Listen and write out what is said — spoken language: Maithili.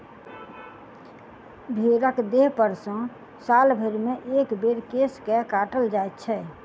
भेंड़क देहपर सॅ साल भरिमे एक बेर केश के काटल जाइत छै